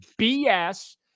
BS